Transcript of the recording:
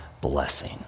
blessing